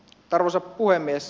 arvoisa puhemies